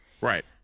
Right